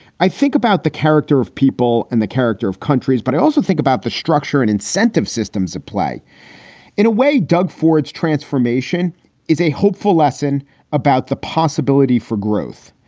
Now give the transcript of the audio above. i think about the character of people and the character of countries, but i also think about the structure and incentive systems at play in a way doug ford's transformation is a hopeful lesson about the possibility for growth.